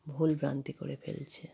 ভুল ভ্রান্তি করে ফেলছে